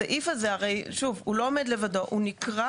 הסעיף הזה לא עומד לבדו, הוא נקרא